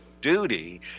duty